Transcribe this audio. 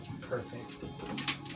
perfect